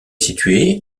situé